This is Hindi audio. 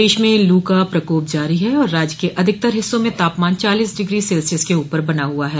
प्रदेश में लू का प्रकोप जारी है और राज्य के अधिकतर हिस्सों में तापमान चालीस डिग्री सेल्सियस के ऊपर बना हुआ है